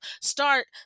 Start